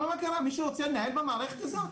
מישהו רוצה לנהל במערכת הזאת?